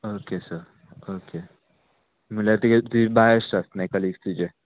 okay sir okay म्हळ्यार तुगे तुजी बाय आसता म्हणजे कलिग्स तुजे